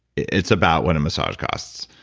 it's about what a massage costs.